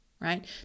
right